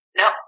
no